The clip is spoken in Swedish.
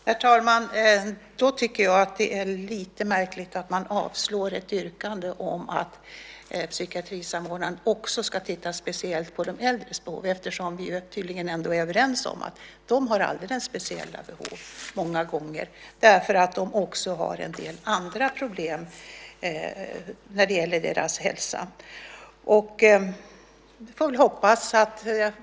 Herr talman! Det är lite märkligt att man avstyrker ett yrkande om att psykiatrisamordnaren också ska titta speciellt på de äldres behov. Vi är tydligen ändå överens om att de många gånger har alldeles speciella behov eftersom de också har en del andra hälsoproblem.